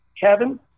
Kevin